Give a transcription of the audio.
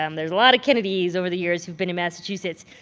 um there's a lot of kennedys over the years who've been in massachusetts.